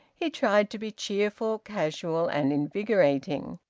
he tried to be cheerful, casual, and invigorating,